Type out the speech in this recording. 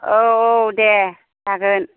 औ औ दे जागोन